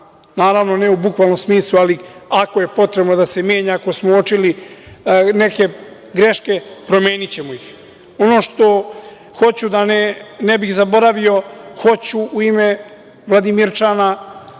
naravno ne u bukvalnom smislu, ali ako je potrebno da se menja, ako smo uočili neke greške promenićemo ih. Ono što hoću, a da ne bih zaboravio, hoću u ime vladimirčana,